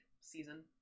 season